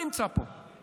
הוא לא נמצא פה,